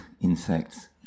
insects